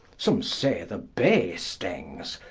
some say the bee stings,